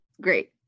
great